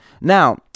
Now